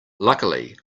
luckily